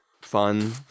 fun